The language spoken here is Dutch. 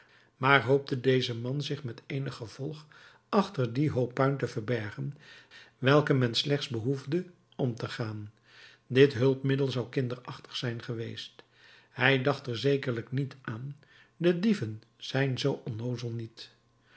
maar hoopte deze man zich met eenig gevolg achter dien hoop puin te verbergen welken men slechts behoefde om te gaan dit hulpmiddel zou kinderachtig zijn geweest hij dacht er zekerlijk niet aan de dieven zijn zoo onnoozel niet